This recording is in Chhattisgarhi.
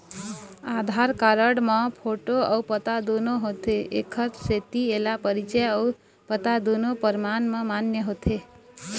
आधार कारड म फोटो अउ पता दुनो होथे एखर सेती एला परिचय अउ पता दुनो परमान म मान्य होथे